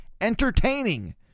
entertaining